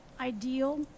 ideal